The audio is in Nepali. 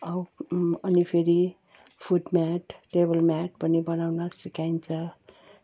औ अनि फेरि फुट म्याट टेबल म्याट पनि बनाउन सिकाइन्छ